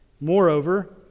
Moreover